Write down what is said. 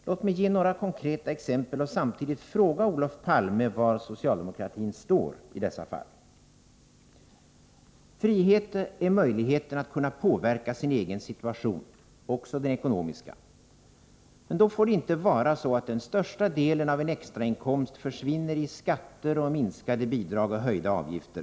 Låt mig ge några konkreta exempel och samtidigt fråga Olof Palme var socialdemokratin står i dessa fall. Frihet är möjligheten att kunna påverka sin egen situation, också den ekonomiska. Men då får det inte vara så att den största delen av en extrainkomst försvinner i skatter, minskade bidrag och höjda avgifter.